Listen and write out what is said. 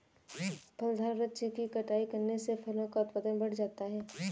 फलदार वृक्ष की छटाई करने से फलों का उत्पादन बढ़ जाता है